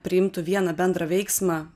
priimtų vieną bendrą veiksmą